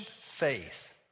faith